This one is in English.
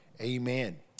Amen